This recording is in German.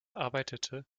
arbeitete